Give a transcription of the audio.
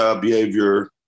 behavior